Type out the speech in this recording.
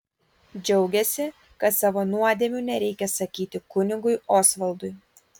džiaugėsi kad savo nuodėmių nereikia sakyti kunigui osvaldui